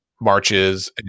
marches